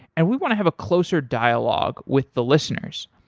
and we want to have a closer dialogue with the listeners.